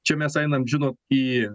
čia mes einam žino į